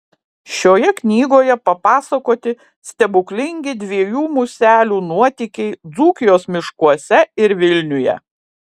šioje knygoje papasakoti stebuklingi dviejų muselių nuotykiai dzūkijos miškuose ir vilniuje